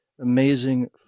amazing